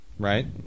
Right